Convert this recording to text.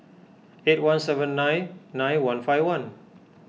eight one seven nine nine one five one